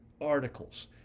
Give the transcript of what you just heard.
articles